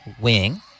wing